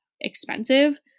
expensive